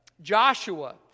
Joshua